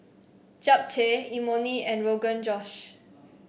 Japchae Imoni and Rogan Josh